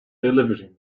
delivering